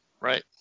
Right